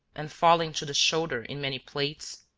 and falling to the shoulder in many plaits,